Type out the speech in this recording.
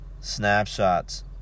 snapshots